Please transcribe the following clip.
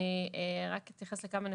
אני רק אתייחס לכמה נקודות.